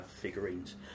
figurines